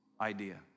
idea